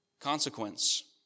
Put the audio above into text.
consequence